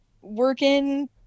working